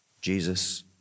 Jesus